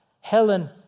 Helen